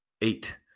eight